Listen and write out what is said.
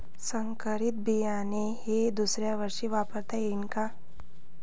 संकरीत बियाणे हे दुसऱ्यावर्षी वापरता येईन का?